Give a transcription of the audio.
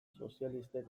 sozialistek